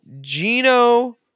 Gino